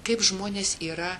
kaip žmonės yra